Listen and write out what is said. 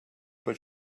but